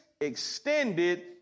extended